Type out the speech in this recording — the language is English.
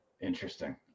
Interesting